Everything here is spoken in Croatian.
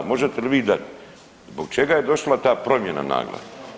Možete li vi dati zbog čega je došla ta promjena nagla?